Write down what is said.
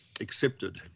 accepted